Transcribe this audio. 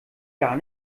gar